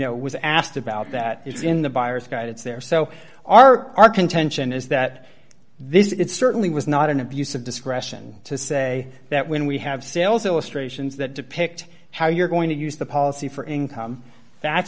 know was asked about that it's in the buyer's guide it's there so our our contention is that this it certainly was not an abuse of discretion to say that when we have sales illustrations that depict how you're going to use the policy for income t